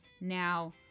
Now